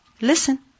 listen